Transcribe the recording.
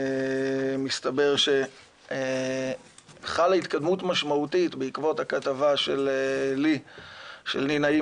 מסתבר שחלה התקדמות משמעותית בתהליך ההכרה בעקבות הכתבה של לי נעים,